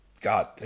god